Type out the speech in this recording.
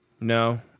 No